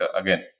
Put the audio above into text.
again